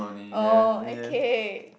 oh okay